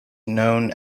known